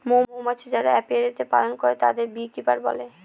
মৌমাছি যারা অপিয়ারীতে পালন করে তাদেরকে বী কিপার বলে